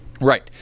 Right